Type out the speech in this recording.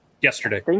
Yesterday